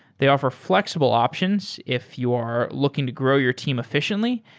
they offer flexible options if you're looking to grow your team efficiently,